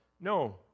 no